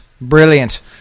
Brilliant